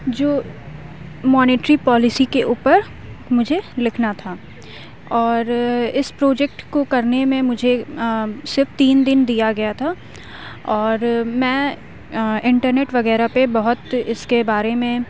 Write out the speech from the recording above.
جو monetary policy کے اوپر مجھے لکھنا تھا اور اس پروجیکٹ کو کرنے میں مجھے صرف تین دن دیا گیا تھا اور میں انٹرنیٹ وغیرہ پہ بہت اس کے بارے میں